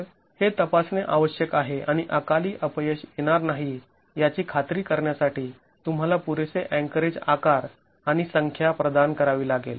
तर हे तपासणे आवश्यक आहे आणि अकाली अपयश येणार नाही याची खात्री करण्यासाठी तूम्हाला पुरेसे अँकरेज आकार आणि संख्या प्रदान करावी लागेल